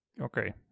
okay